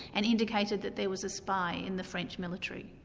and indicated that there was a spy in the french military.